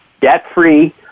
debt-free